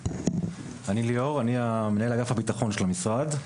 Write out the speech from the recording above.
אני ליאור טוביה, מנהל אגף בטחון של המשרד.